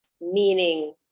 meaning